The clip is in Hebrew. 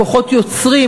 כוחות יוצרים,